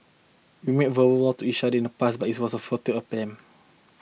we made verbal to each other in the past but it was a futile attempt